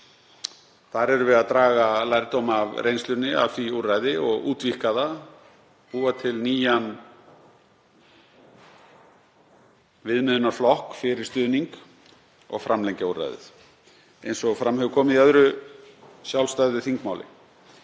Þar erum við að draga lærdóm af reynslunni af því úrræði og útvíkka það, búa til nýjan viðmiðunarflokk fyrir stuðning og framlengja úrræðið, eins og fram hefur komið í öðru sjálfstæðu þingmáli.